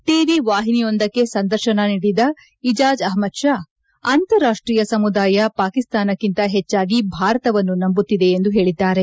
TV ವಾಹಿನಿವೊಂದಕ್ಕೆ ಸಂದರ್ಶನ ನೀಡಿದ ಇಜಾಜ್ ಅಹ್ಮದ್ ಷಾ ಅಂತಾರಾಷ್ಟೀಯ ಸಮುದಾಯ ಪಾಕಿಸ್ತಾನಕ್ಕಿಂತ ಪೆಚ್ಚಾಗಿ ಭಾರತವನ್ನು ನಂಬುತ್ತಿದೆ ಎಂದು ಪೇಳಿದ್ದಾರೆ